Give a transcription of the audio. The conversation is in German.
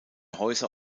häuser